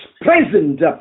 present